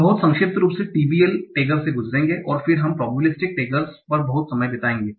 हम बहुत संक्षिप्त रूप से TBL टैगर से गुज़रेंगे और फिर हम प्रोबेबिलिस्टिक टेगरस पर बहुत समय बिताएगे